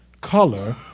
color